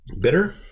bitter